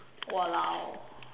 !walao!